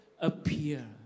appear